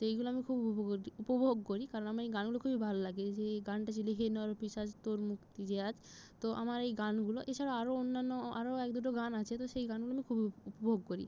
সেইগুলো আমি খুব উপভোগ করি কারণ আমি এই গানগুলো খুবই ভালো লাগে যে গানটা ছিল হে নরপিশাচ তোর মুক্তি যে আজ তো আমার এই গানগুলো এছাড়া আরো অন্যান্য আরো এক দুটো গান আছে তো সেই গানগুলো খুব উপভোগ করি